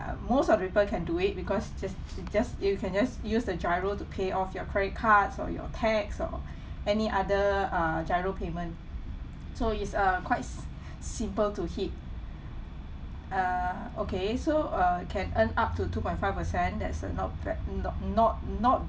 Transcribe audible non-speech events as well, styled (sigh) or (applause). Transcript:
most of the people can do it because just just you can just use the GIRO to pay off your credit cards or your tax or (breath) any other uh giro payment so is uh quite s~ simple to hit err okay so uh can earn up to two point five percent that's uh not bad not not not